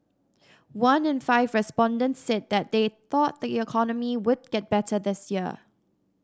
one in five respondents said that they thought the economy would get better this year